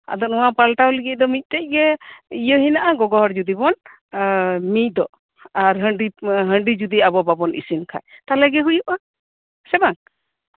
ᱟᱫᱚ ᱱᱚᱣᱟ ᱯᱟᱞᱴᱟᱞᱣ ᱞᱟᱹᱜᱤᱫ ᱫᱚ ᱢᱤᱫᱴᱮᱡ ᱜᱤ ᱤᱭᱟᱹ ᱜᱚᱜᱚ ᱦᱚᱲ ᱡᱩᱫᱤ ᱵᱚᱱ ᱢᱤᱫᱚᱜ ᱟᱨ ᱦᱟᱺᱰᱤ ᱡᱩᱫᱤ ᱟᱵᱚ ᱵᱟᱵᱚᱱ ᱤᱥᱤᱱ ᱠᱷᱟᱡ ᱛᱟᱞᱦᱮ ᱛᱟᱞᱦᱮ ᱜᱮ ᱦᱩᱭᱩᱜᱼᱟ ᱥᱮ ᱵᱟᱝ